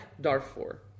Darfur